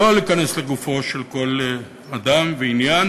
לא להיכנס לגופו של כל אדם ועניין,